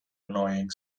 annoying